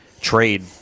trade